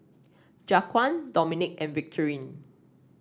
Jaquan Dominque and Victorine